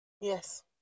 Yes